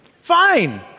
Fine